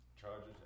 Charges